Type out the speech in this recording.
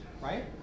right